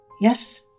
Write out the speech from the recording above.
Yes